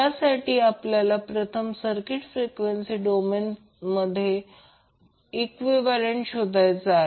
त्यासाठी आपल्याला प्रथम सर्किटचा फ्रिक्वेन्सी डोमेन समतुल्य शोधायचा आहे